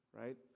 right